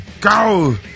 go